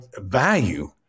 value